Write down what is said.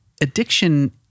addiction